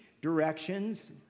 directions